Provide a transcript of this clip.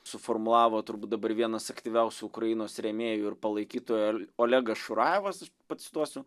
suformulavo turbūt dabar vienas aktyviausių ukrainos rėmėjų ir palaikytojų olegas šurajevas pacituosiu